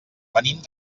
venim